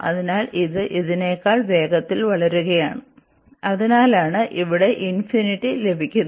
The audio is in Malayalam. അതിനാൽ ഇത് ഇതിനെക്കാൾ വേഗത്തിൽ വളരുകയാണ് അതിനാലാണ് ഇവിടെ ഇൻഫിനിറ്റി ലഭിക്കുന്നത്